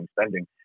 spending